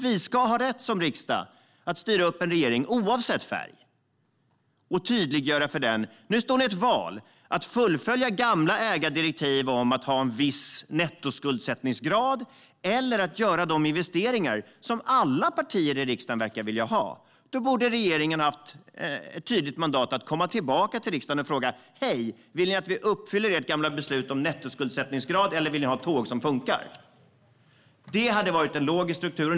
Vi som riksdag ska ha rätt att styra upp en regering - oavsett färg - och tydliggöra att den står inför ett val, nämligen att fullfölja gamla ägardirektiv om att ha en viss nettoskuldsättningsgrad eller att göra de investeringar som alla partier i riksdagen verkar vilja ha. Då borde regeringen ha ett tydligt mandat för att komma tillbaka till riksdagen och fråga om det gamla beslutet om nettoskuldsättningsgrad ska uppfyllas eller om vi vill ha tåg som fungerar. Det vore en logisk struktur.